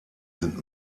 sind